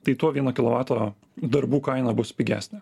tai tuo vieno kilovato darbų kaina bus pigesnė